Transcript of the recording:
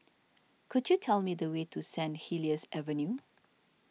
could you tell me the way to St Helier's Avenue